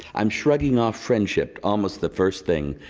i'm shrugging off friendship almost the first thing.